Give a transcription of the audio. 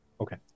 Okay